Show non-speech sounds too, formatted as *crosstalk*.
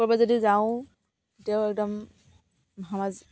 ক'ৰবাত যদি যাওঁ তেতিয়াও একদম *unintelligible*